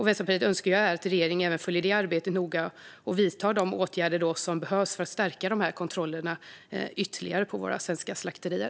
Vänsterpartiet önskar att regeringen även följer det arbetet noga och vidtar de åtgärder som behövs för att ytterligare stärka kontrollerna vid våra svenska slakterier.